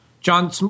John